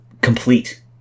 complete